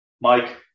Mike